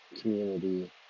community